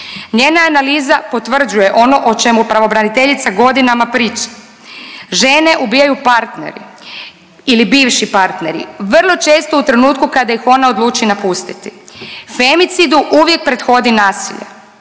Njena analiza potvrđuje ono o čemu pravobraniteljica godinama priča. Žene ubijaju partneri ili bivši partneri vrlo često u trenutku kada ih ona odluči napustiti. Femicidu uvijek prethodi nasilje,